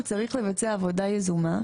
הוא צריך לבצע עבודה יזומה,